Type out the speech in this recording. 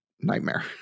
nightmare